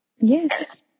Yes